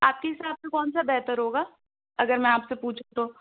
آپ کے حساب سے کون سا بہتر ہوگا اگر میں آپ سے پوچھوں تو